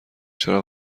چرا